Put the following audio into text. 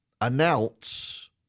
announce